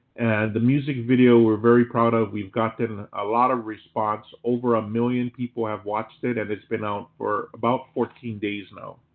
the music video, we're very proud of. we've gotten a lot of response. over a million people have watched it and it's been out for about fourteen days now.